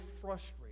frustrated